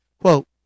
Quote